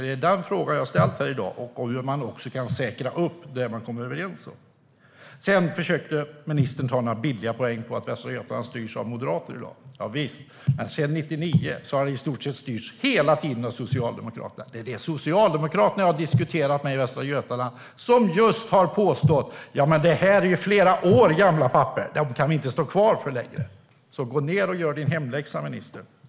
Det är den frågan jag har ställt här i dag, liksom hur man kan säkra upp det man kommer överens om. Sedan försökte ministern ta några billiga poänger på att Västra Götaland styrs av moderater i dag. Javisst, men sedan 1999 har det i stort sett hela tiden styrts av Socialdemokraterna. Det är Socialdemokraterna som jag har diskuterat med i Västra Götaland som har påstått att det här är flera år gamla papper som de inte längre kan stå för. Gå ned och gör din hemläxa, ministern!